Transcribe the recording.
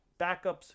Backups